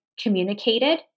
communicated